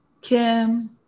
Kim